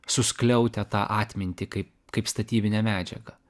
suskliautę tą atmintį kaip kaip statybinę medžiagą